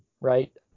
right